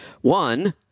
One